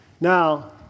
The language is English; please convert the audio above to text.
Now